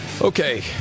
Okay